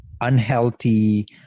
unhealthy